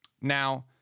Now